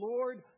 Lord